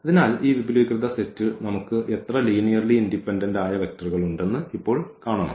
അതിനാൽ ഈ വിപുലീകൃത സെറ്റിൽ നമുക്ക് എത്ര ലീനിയർലി ഇൻഡിപെൻഡൻഡ് ആയ വെക്റ്ററുകൾ ഉണ്ടെന്ന് ഇപ്പോൾ കാണണം